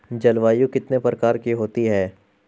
जलवायु कितने प्रकार की होती हैं?